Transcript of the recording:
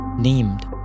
named